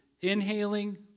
inhaling